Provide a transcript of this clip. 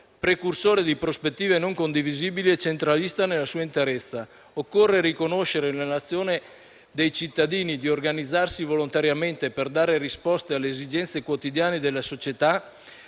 precursore di prospettive non condivisibili e centralista nella sua interezza. Occorre riconoscere nell'azione dei cittadini di organizzarsi volontariamente per dare risposte alle esigenze quotidiane della società